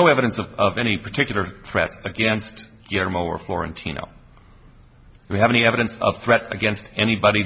no evidence of any particular threats against your mower florentine no we have any evidence of threats against anybody